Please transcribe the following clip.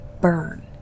burn